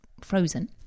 frozen